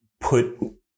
put